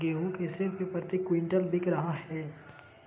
गेंहू कैसे रुपए प्रति क्विंटल बिक रहा है?